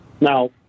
Now